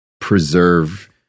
Preserve